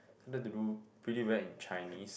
tended to do pretty well in Chinese